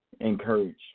encourage